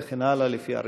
וכן הלאה לפי הרשימה.